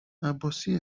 عباسی